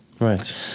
Right